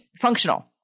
functional